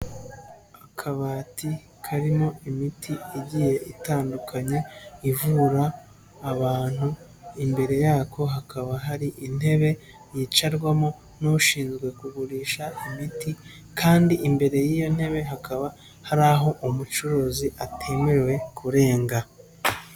Akabati karimo imiti igiye itandukanye, ivura abantu, imbere yako hakaba hari intebe yicarwamo n'ushinzwe kugurisha imiti kandi imbere y'iyo ntebe hakaba hari aho umucuruzi atemerewe kurenga.